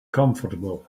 comfortable